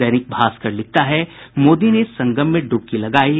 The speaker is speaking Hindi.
दैनिक भास्कर लिखता है मोदी ने संगम में ड्रबकी लगायी